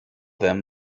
them